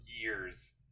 years